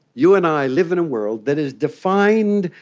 you and i live in a world that is defined,